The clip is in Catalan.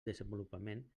desenvolupament